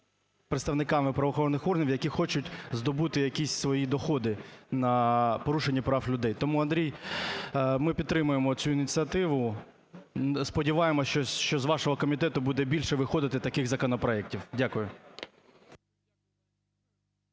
представниками правоохоронних органів, які хочуть здобути якісь свої доходи на порушенні прав людей. Тому, Андрій, ми підтримуємо цю ініціативу. Сподіваємося, що з вашого комітету буде більше виходити таких законопроектів. Дякую.